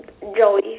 Joey